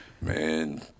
man